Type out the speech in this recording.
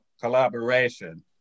collaboration